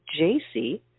JC